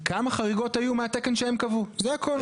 יעקב, כמה חריגות היו מהתקן שהם קבעו זה הכל.